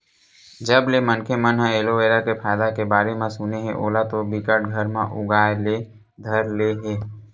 जब ले मनखे मन ह एलोवेरा के फायदा के बारे म सुने हे ओला तो बिकट घर म उगाय ले धर ले हे